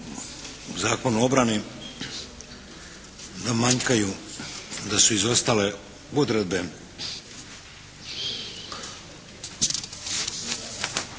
Zakonu o obrani da manjkaju, da su izostale odredbe